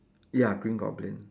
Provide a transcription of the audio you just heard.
ya green goblin